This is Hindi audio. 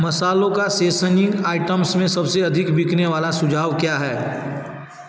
मसालों का आइटम्स में सबसे अधिक बिकने वाले सुझाव क्या है